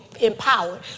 empowered